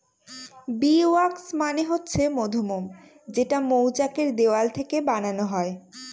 bee wax মানে হচ্ছে মধুমোম যেটা মৌচাক এর দেওয়াল থেকে বানানো হয়